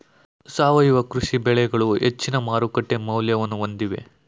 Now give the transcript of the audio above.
ಸಾವಯವ ಕೃಷಿ ಬೆಳೆಗಳು ಹೆಚ್ಚಿನ ಮಾರುಕಟ್ಟೆ ಮೌಲ್ಯವನ್ನು ಹೊಂದಿವೆ